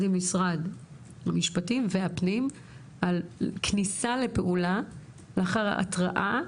עם משרד המשפטים והפנים על כניסה לפעולה לאחר ההתראה,